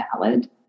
valid